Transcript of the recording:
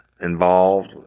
involved